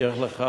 מבטיח לך,